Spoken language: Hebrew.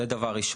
זה דבר ראשון.